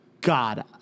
God